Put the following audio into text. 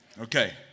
Okay